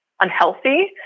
unhealthy